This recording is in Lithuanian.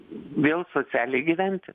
vėl socialiai gyventi